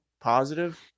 positive